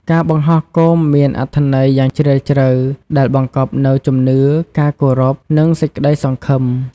ការបង្ហោះគោមមានអត្ថន័យយ៉ាងជ្រាលជ្រៅ ដែលបង្កប់នូវជំនឿ ការគោរព និងសេចក្តីសង្ឃឹម។